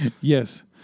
Yes